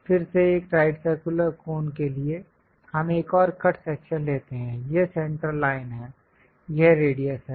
फिर से एक राइट सर्कुलर कोन के लिए हम एक और कट सेक्शन लेते हैं यह सेंटरलाइन है यह रेडियस है